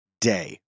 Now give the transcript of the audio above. day